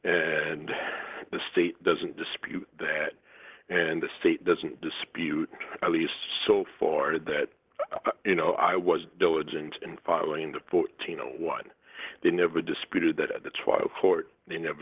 and the state doesn't dispute that and the state doesn't dispute at least so far that you know i was diligent in following the th one they never disputed that at the trial court they never